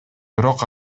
бирок